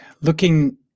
looking